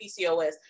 PCOS